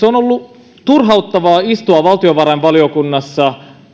on ollut turhauttavaa istua valtiovarainvaliokunnassa